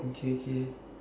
okay okay